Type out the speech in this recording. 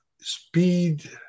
speed